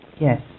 Yes